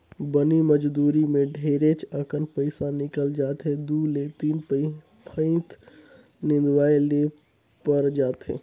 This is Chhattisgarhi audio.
बनी मजदुरी मे ढेरेच अकन पइसा निकल जाथे दु ले तीन फंइत निंदवाये ले पर जाथे